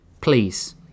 Please